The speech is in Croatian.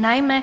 Naime,